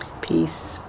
peace